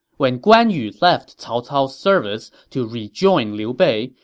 when guan yu left cao cao's service to rejoin liu bei,